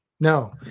No